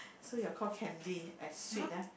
so you are call Candy as sweet ah